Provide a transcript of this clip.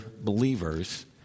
believers